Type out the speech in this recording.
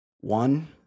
One